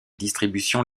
distributions